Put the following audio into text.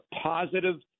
positive